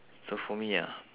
so for me ya